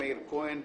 מאיר כהן ,